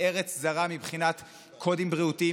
בארץ זרה מבחינת קודים בריאותיים,